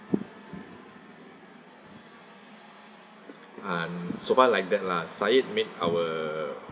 um so far like that lah sayid made our